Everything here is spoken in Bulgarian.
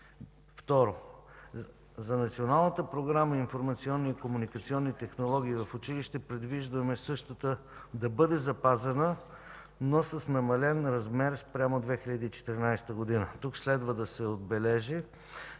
Второ, за Националната програма „Информационни и комуникационни технологии в училище” предвиждаме същата да бъде запазена, но с намален размер спрямо 2014 г. Тук следва да се отбележи,